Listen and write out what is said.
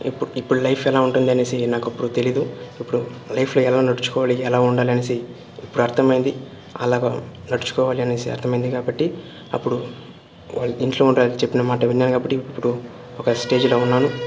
ఇప్పు ఇప్పుడు లైఫ్ ఎలా ఉంటుందనేసి నాకు అప్పుడు తెలీదు ఇప్పుడు లైఫ్లో ఎలా నడుచుకోవాలి ఎలా ఉండాలనేసి ఇప్పుడు అర్థమయ్యింది అలాగ నడుచుకోవాలి అనేసి అర్థమయింది కాబట్టి అప్పుడు ఇంట్లో చెప్పిన మాట విన్నాను కాబట్టి ఇప్పుడు ఒక స్టేజ్లో ఉన్నాను